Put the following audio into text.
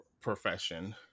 profession